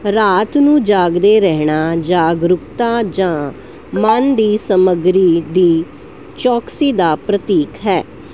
ਰਾਤ ਨੂੰ ਜਾਗਦੇ ਰਹਿਣਾ ਜਾਗਰੂਕਤਾ ਜਾਂ ਮਨ ਦੀ ਸਮੱਗਰੀ ਦੀ ਚੌਕਸੀ ਦਾ ਪ੍ਰਤੀਕ ਹੈ